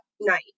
night